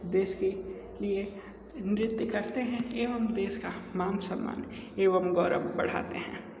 देश के लिए नृत्य करते हैं एवं देश का मान सम्मान एवं गौरव बढ़ाते हैं